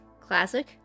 classic